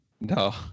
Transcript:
No